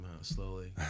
slowly